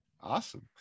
Awesome